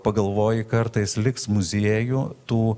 pagalvoji kartais liks muziejų tų